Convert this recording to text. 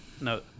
No